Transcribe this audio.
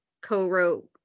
co-wrote